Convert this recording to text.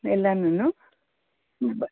ಎಲ್ಲನೂ ಬ್